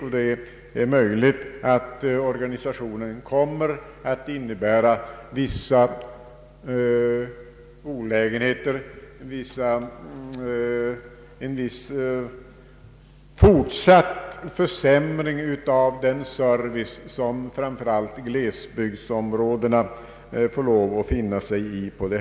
Det Ang är möjligt att denna nya organisation kommer att innebära vissa olägenheter, en viss fortsatt försämring av den service som framför allt glesbygdsområdena får lov att finna sig i.